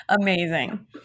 amazing